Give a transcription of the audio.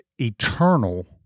eternal